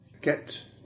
Get